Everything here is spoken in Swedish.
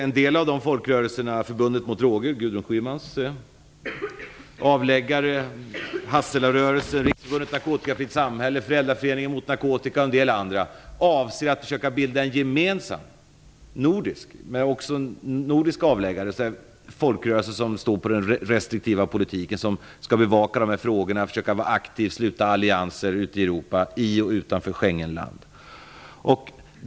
En del av dessa folkrörelser - Gudrun Schymans avläggare Förbundet mot droger, Hasselarörelsen, Riksförbundet narkotikafritt samhälle, Föräldraföreningen mot narkotika och en del andra - avser att bilda en gemensam nordisk avläggare, dvs. en folkrörelse som står för den restriktiva politiken och som skall försöka bevaka dessa frågor, vara aktiv och sluta allianser ute i Europa, i och utanför Schengenländerna.